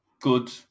good